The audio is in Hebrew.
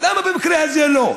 למה במקרה הזה לא?